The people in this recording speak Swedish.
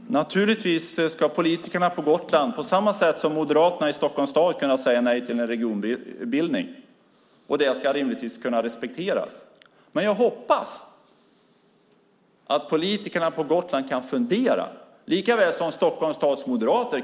Fru talman! Naturligtvis ska politikerna på Gotland på samma sätt som Moderaterna i Stockholms stad kunna säga nej till en regionbildning. Det ska rimligtvis kunna respekteras. Men jag hoppas att politikerna på Gotland kan fundera, lika väl som Stockholms stads moderater,